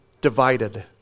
divided